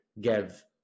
give